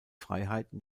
freiheiten